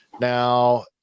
Now